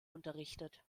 unterrichtet